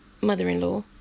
mother-in-law